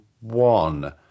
one